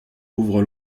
couvre